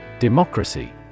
Democracy